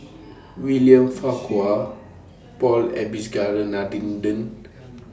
William Farquhar Paul